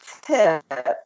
tip